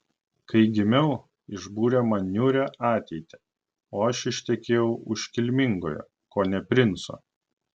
kai gimiau išbūrė man niūrią ateitį o aš ištekėjau už kilmingojo kone princo